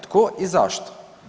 Tko i zašto?